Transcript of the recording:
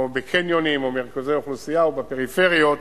בקניונים או במרכזי אוכלוסייה או בפריפריות,